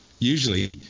Usually